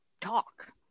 talk